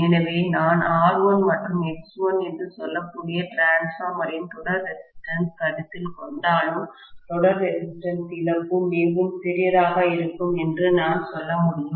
எனவே நான் R1 மற்றும் X1 என்று சொல்லக்கூடிய டிரான்ஸ்பார்மரின் தொடர் ரெசிஸ்டன்ஸ்க் கருத்தில் கொண்டாலும் தொடர் ரெசிஸ்டன்ஸ் இழப்பு மிகவும் சிறியதாக இருக்கும் என்று நான் சொல்ல முடியும்